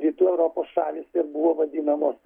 rytų europos šalys ir buvo vadinamos